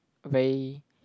very